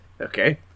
okay